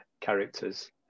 characters